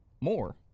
more